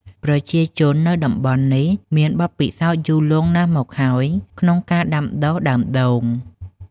ប្រជាជននៅតំបន់នេះ មានបទពិសោធន៍យូរលង់ណាស់មកហើយក្នុងការដាំដុះដើមដូង។